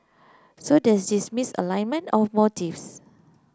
so there's this misalignment of motives